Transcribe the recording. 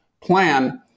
plan